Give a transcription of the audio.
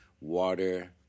water